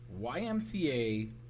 YMCA